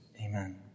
Amen